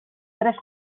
tres